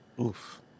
Oof